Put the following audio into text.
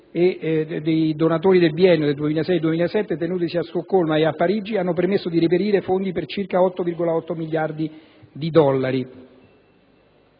dei donatori nel biennio 2006 e 2007, tenutesi a Stoccolma ed a Parigi, hanno permesso di reperire fondi per circa 8,8 miliardi di dollari